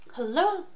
Hello